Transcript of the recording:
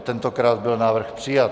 Tentokrát byl návrh přijat.